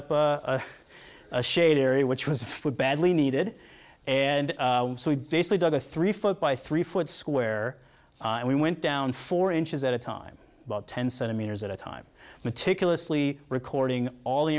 a shaded area which was badly needed and so we basically dug a three foot by three foot square and we went down four inches at a time about ten centimeters at a time meticulously recording all the